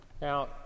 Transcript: Now